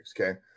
Okay